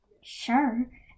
Sure